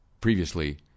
previously